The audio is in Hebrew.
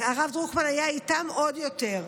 הרב דרוקמן היה איתם עוד יותר.